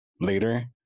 later